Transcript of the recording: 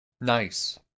Nice